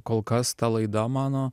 kol kas ta laida mano